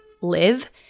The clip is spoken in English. live